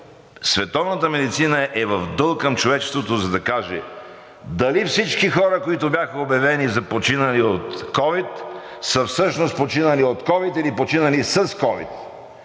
световната медицина е в дълг към човечеството, за да каже дали всички хора, които бяха обявени за починали от ковид, са всъщност починали от ковид или починали с ковид,